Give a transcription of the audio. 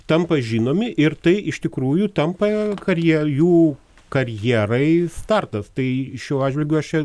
tampa žinomi ir tai iš tikrųjų tampa karjera jų karjerai startas tai šiuo atžvilgiu aš